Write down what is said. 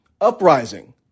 uprising